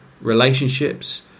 relationships